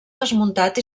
desmuntat